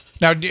Now